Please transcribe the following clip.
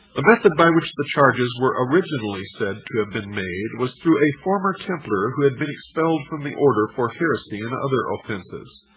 the method by which the charges were originally said to have been made was through a former templar who had been expelled from the order for heresy and other offenses.